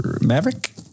Maverick